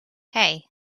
hey